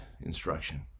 instruction